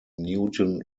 newton